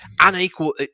unequal